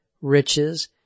riches